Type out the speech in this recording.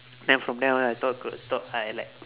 then from then onwards I thought I could talk I like